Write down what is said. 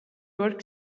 work